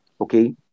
okay